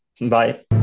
Bye